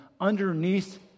underneath